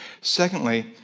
Secondly